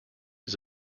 his